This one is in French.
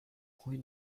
rue